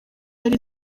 yari